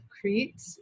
Crete